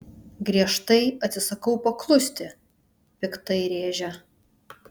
griežtai atsisakau paklusti piktai rėžia